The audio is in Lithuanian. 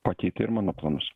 pakeitė ir mano planus